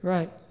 Right